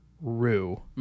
Rue